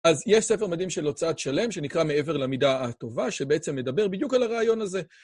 אז יש ספר מדהים של הוצאת שלם, שנקרא מעבר למידה הטובה, שבעצם מדבר בדיוק על הרעיון הזה.